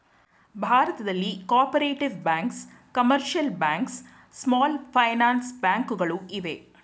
ಭಾರತದಲ್ಲಿ cooperative banks, commercial banks, small finance bank ಗಳು ಇವೆ